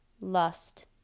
lust